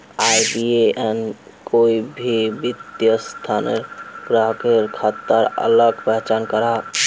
IBAN कोई भी वित्तिय संस्थानोत ग्राह्केर खाताक अलग पहचान कराहा